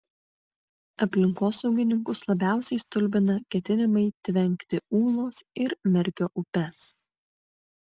aplinkosaugininkus labiausiai stulbina ketinimai tvenkti ūlos ir merkio upes